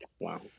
Wow